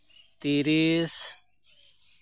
ᱛᱤᱨᱤᱥ